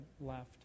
left